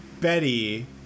Betty